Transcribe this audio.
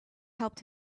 helped